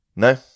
No